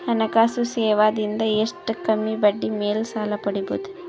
ಹಣಕಾಸು ಸೇವಾ ದಿಂದ ಎಷ್ಟ ಕಮ್ಮಿಬಡ್ಡಿ ಮೇಲ್ ಸಾಲ ಪಡಿಬೋದ?